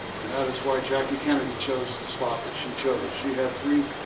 and that is why jackie kennedy chose the spot that she chose. she had three,